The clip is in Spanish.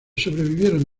sobrevivieron